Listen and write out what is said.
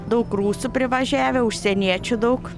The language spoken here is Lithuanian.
daug rusų privažiavę užsieniečių daug